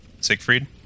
Siegfried